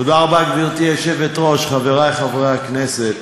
גברתי היושבת-ראש, תודה רבה, חברי חברי הכנסת,